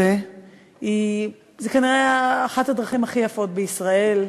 היא כנראה אחת הדרכים הכי יפות בישראל,